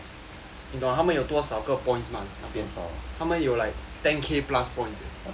你懂他们有多少个 points mah 他们有 like ten K plus points eh